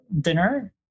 dinner